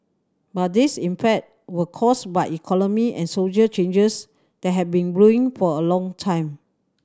but these in fact were caused by economic and soldier changes that have been brewing for a long time